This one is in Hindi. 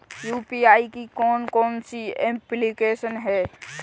यू.पी.आई की कौन कौन सी एप्लिकेशन हैं?